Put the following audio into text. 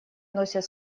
носят